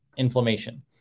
inflammation